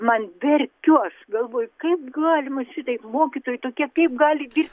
man verkiu aš galvoju kaip galima šitaip mokytojai tokie kaip gali dirbt